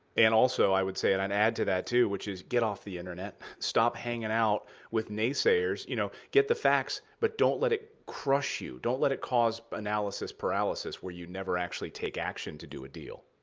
and also i would say, and i'd add to that too, which is, get off the internet. stop hanging out with naysayers. you know get the facts. but don't let it crush you. don't let it cause analysis paralysis, where you never actually take action to do a deal.